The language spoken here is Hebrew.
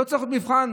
לא צריך עוד מבחן?